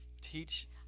teach